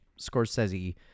Scorsese